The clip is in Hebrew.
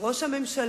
של ראש הממשלה,